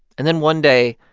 and then one day,